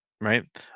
right